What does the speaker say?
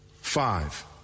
Five